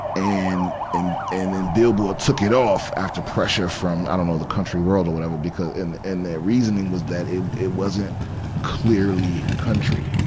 and, and, and then billboard took it off after pressure from i don't know, the country world or whatever, because and, and their reasoning was that it, it wasn't clearly country,